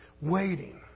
Waiting